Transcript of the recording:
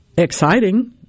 exciting